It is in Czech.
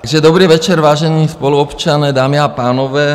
Takže dobrý večer, vážení spoluobčané, dámy a pánové.